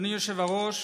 אדוני היושב-ראש,